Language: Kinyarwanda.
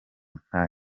nta